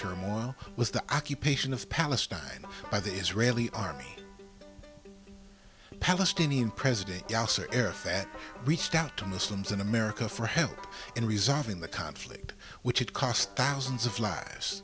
turmoil was the occupation of palestine by the israeli army and palestinian president yasser arafat reached out to muslims in america for help in resolving the conflict which had cost thousands of lives